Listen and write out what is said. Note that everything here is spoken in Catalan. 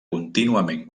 contínuament